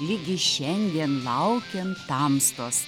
ligi šiandien laukėm tamstos